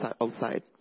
outside